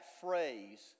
phrase